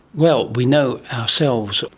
well, we know ourselves,